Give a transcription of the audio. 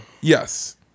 yes